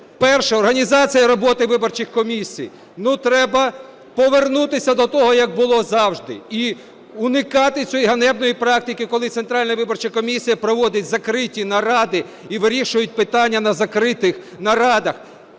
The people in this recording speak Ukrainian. Організація роботи виборчих комісій. Ну, треба повернутися до того, як було завжди, і уникати цієї ганебної практики, коли Центральна виборча комісія проводить закриті наради і вирішують питання на закритих нарадах.